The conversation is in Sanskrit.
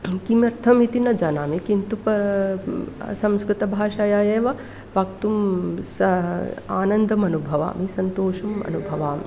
किमर्थमिति न जानामि किन्तु परं संस्कृतभाषया एव वक्तुं सः आनन्दम् अनुभवामि सन्तोषम् अनुभवामि